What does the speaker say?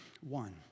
One